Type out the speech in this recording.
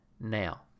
now